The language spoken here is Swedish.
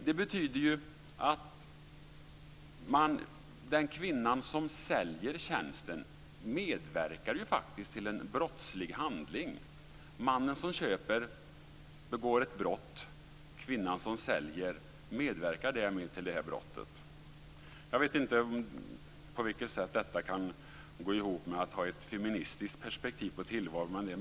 Det betyder att den kvinna som säljer tjänsten faktiskt medverkar till en brottslig handling. Mannen som köper begår ett brott, kvinnan som säljer medverkar därmed till brottet. Jag vet inte på vilket sätt detta kan gå ihop med att ha ett feministiskt perspektiv på tillvaron.